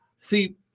see